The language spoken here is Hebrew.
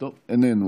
איננו.